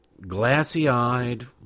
glassy-eyed